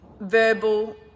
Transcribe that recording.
verbal